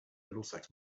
middlesex